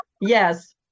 yes